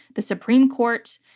the supreme court,